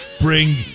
Bring